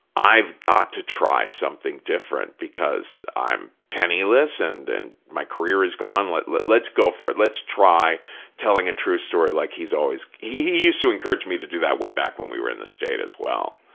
i've got to try something different because i'm penniless and and my career is gone. like let's go for it. let's try telling a true story like he's always, he used to encourage me to do that way back when we were in the state as well,